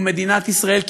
הוא מדינת ישראל,